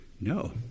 No